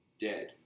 dead